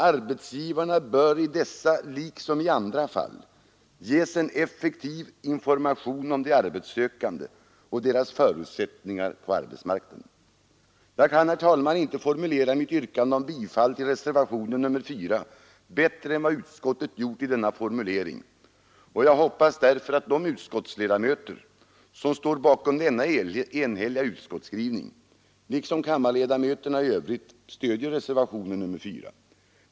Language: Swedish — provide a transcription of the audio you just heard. Arbetsgivarna bör i dessa liksom i andra fall ges en effektiv information om de arbetssökande och deras förutsättningar på arbetsmarknaden.” Jag kan, herr talman, inte motivera mitt yrkande om bifall till reservationen 4 bättre än vad utskottet har gjort i denna formulering. Jag hoppas därför att de utskottsledamöter som står bakom denna enhälliga utskottsskrivning liksom kammarledamöterna i övrigt kommer att stödja reservationen 4.